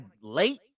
late